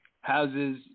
houses